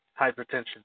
hypertension